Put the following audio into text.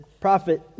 prophet